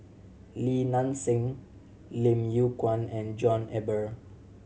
Li Nanxing Lim Yew Kuan and John Eber